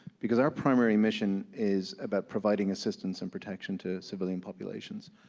because our primary mission is about providing assistance and protection to civilian populations,